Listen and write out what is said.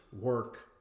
work